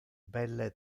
belle